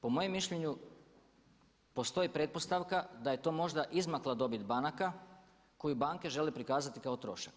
Po mojem mišljenju postoji pretpostavka da je to možda izmakla dobit banaka koju banke žele prikazati kao trošak.